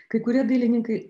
kai kurie dailininkai